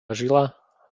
žila